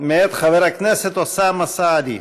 מאת חבר הכנסת אוסאמה סעדי.